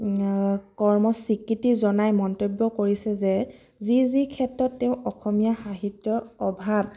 কৰ্ম স্বীকৃতি জনাই মন্তব্য কৰিছে যে যি যি ক্ষেত্ৰত তেওঁ অসমীয়া সাহিত্যৰ অভাৱ